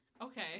okay